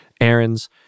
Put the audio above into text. errands